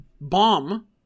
bomb